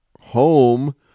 home